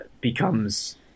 becomes